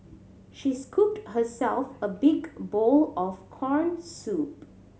she scooped herself a big bowl of corn soup